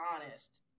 honest